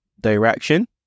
direction